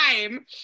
time